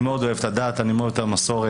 אני מאוד אוהב את הדת ואוהב את המסורת.